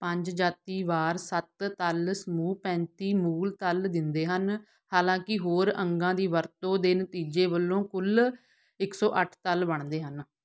ਪੰਜ ਜਾਤੀ ਵਾਰ ਸੱਤ ਤਲ ਸਮੂਹ ਪੈਂਤੀ ਮੂਲ ਤਲ ਦਿੰਦੇ ਹਨ ਹਾਲਾਂਕਿ ਹੋਰ ਅੰਗਾਂ ਦੀ ਵਰਤੋਂ ਦੇ ਨਤੀਜੇ ਵਜੋਂ ਕੁੱਲ ਇੱਕ ਸੌ ਅੱਠ ਤਲ ਬਣਦੇ ਹਨ